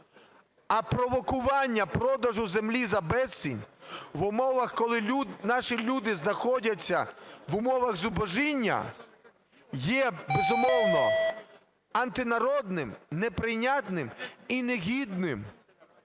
А провокування продажу землі за безцінь, в умовах, коли наші люди знаходяться в умовах зубожіння, є, безумовно, антинародним, неприйнятним і не гідним,